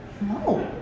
No